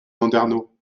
landernau